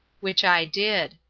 which i did.